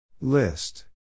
List